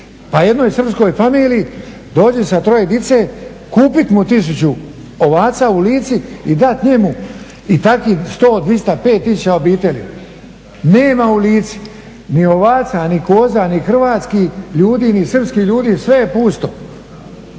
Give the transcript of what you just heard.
pa jednoj srpskoj familiji … sa troje djece, kupit mu 1000 ovaca u Lici i dat njemu i takvih 100, 200, 5 tisuća obitelji. Nema u Lici ni ovaca ni koza ni hrvatskih ljudi ni srpskih ljudi, sve je pusto.